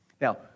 Now